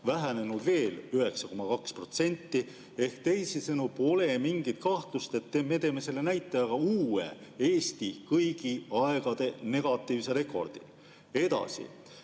vähenenud veel 9,2%. Teisisõnu pole mingit kahtlust, et me teeme selle näitajaga uue Eesti kõigi aegade negatiivse rekordi. Edasi,